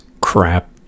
crap